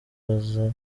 baza